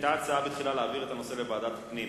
בתחילה היתה הצעה להעביר את הנושא לוועדת הפנים.